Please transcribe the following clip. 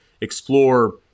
explore